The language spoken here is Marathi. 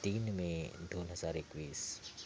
तीन मे दोन हजार एकवीस